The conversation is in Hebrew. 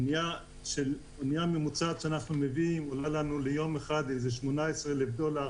אונייה ממוצעת שאנחנו מביאים עולה לנו ליום אחד איזה 18,000 דולר